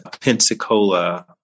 Pensacola